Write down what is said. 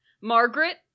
Margaret